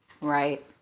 Right